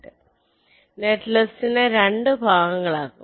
netlist നെ 2 ഭാഗങ്ങൾ ആക്കും